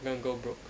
then go broke